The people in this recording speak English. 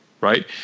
right